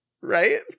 Right